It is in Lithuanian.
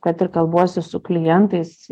kad ir kalbuosi su klientais